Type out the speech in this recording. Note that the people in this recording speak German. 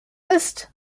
ist